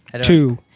two